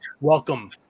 welcome